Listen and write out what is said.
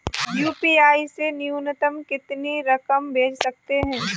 UPI से न्यूनतम कितनी रकम भेज सकते हैं?